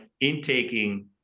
intaking